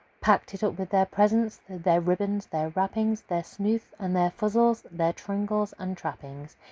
packed it up with their presents, their ribbons, their wrappings, their snoof and their fuzzles, their tringlers and trappings!